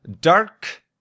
Dark